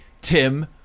Tim